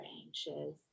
anxious